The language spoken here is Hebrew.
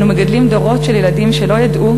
אנו מגדלים דורות של ילדים שלא ידעו,